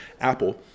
Apple